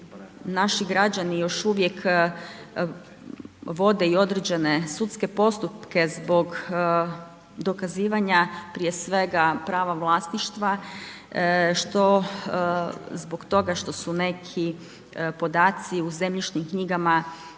naši građani još uvijek vode i određene sudske postupke zbog dokazivanja prije svega prava vlasništva što zbog toga što su neki podaci u zemljišnim knjigama,